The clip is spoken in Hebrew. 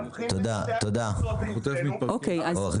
עומד